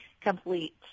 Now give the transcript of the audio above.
complete